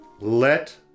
let